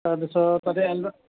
তাৰপিছত তাতে